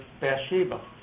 Bathsheba